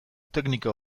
teknika